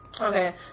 Okay